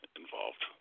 involved